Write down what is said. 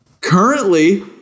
Currently